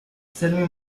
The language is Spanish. serbia